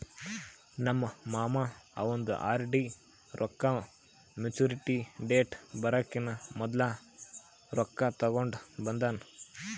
ನಮ್ ಮಾಮಾ ಅವಂದ್ ಆರ್.ಡಿ ರೊಕ್ಕಾ ಮ್ಯಚುರಿಟಿ ಡೇಟ್ ಬರಕಿನಾ ಮೊದ್ಲೆ ರೊಕ್ಕಾ ತೆಕ್ಕೊಂಡ್ ಬಂದಾನ್